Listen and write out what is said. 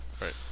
right